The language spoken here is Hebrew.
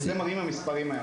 את זה מראים המספרים היום.